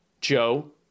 Joe